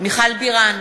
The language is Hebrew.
מיכל בירן,